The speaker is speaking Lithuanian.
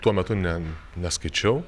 tuo metu ne neskaičiau